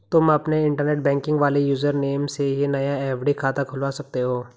तुम अपने internet banking वाले यूज़र नेम से ही नया एफ.डी खाता खुलवा सकते हो